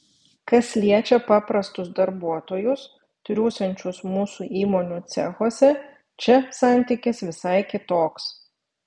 kas liečia paprastus darbuotojus triūsiančius mūsų įmonių cechuose čia santykis visai kitoks